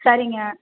சரிங்க